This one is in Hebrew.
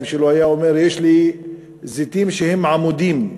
שלו הוא אומר: יש לי זיתים שהם עמודים.